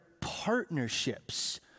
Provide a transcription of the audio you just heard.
partnerships